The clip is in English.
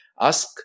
ask